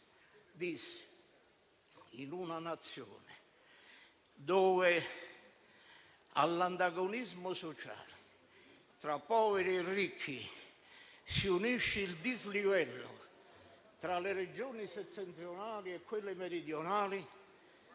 che, in una Nazione dove all'antagonismo sociale tra poveri e ricchi si unisce il dislivello tra le Regioni settentrionali e quelle meridionali,